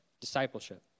discipleship